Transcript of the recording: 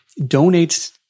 donates